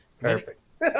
perfect